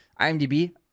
imdb